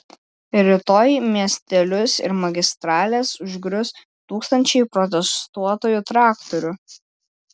rytoj miestelius ir magistrales užgrius tūkstančiai protestuotojų traktorių